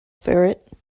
ferret